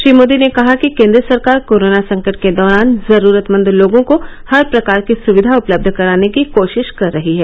श्री मोदी ने कहा कि केन्द्र सरकार कोरोना संकट के दौरान जरूरतमंद लोगों को हर प्रकार की सुविधा उपलब्ध कराने की कोशिश कर रही है